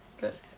Good